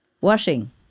Washing